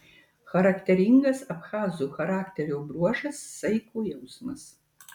charakteringas abchazų charakterio bruožas saiko jausmas